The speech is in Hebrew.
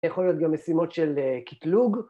‫יכול להיות גם משימות של קטלוג.